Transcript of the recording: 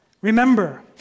Remember